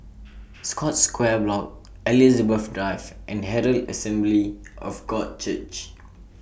Scotts Square Block Elizabeth Drive and Herald Assembly of God Church